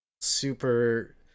super